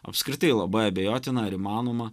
apskritai labai abejotina ar įmanoma